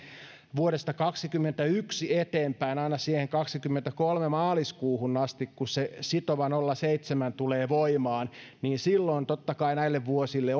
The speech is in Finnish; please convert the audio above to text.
vuodesta kaksikymmentäyksi eteenpäin aina siihen vuoden kaksikymmentäkolme maaliskuuhun asti kun se sitova nolla pilkku seitsemän tulee voimaan totta kai näille vuosille